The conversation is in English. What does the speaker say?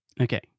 Okay